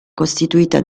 costituita